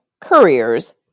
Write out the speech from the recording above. couriers